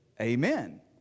amen